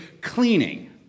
cleaning